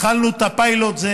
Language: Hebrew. התחלנו את הפיילוט, זה